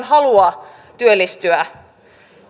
halua työllistyä